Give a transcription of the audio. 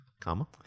Comma